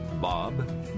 Bob